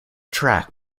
track